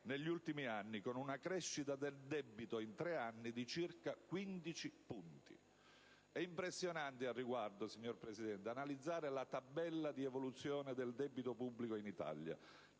negli ultimi anni, con una crescita del debito in tre anni di circa 15 punti. È impressionante, al riguardo, signor Presidente, analizzare la tabella di evoluzione del debito pubblico in Italia